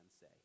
say